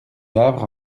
havre